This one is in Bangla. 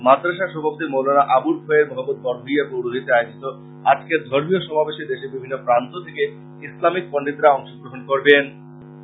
মাদ্রাসার সভাপতি মৌলানা আবুল খয়ের মহবুব বড়ভুইয়ার পৌরহিত্যে আয়োজিত আজকের ধর্মীয় সমাবেশে দেশের বিভিন্ন প্রান্ত থেকে ইসলামিক পন্ডিতরা অংশগ্রহন করবেন